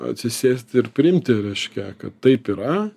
atsisėsti ir priimti reiškia kad taip yra